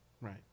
Right